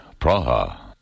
Praha